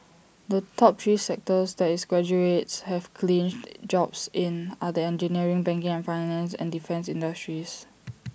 the top three sectors that its graduates have clinched jobs in are the engineering banking and finance and defence industries